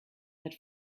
that